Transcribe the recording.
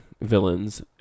villains